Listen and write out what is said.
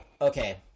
Okay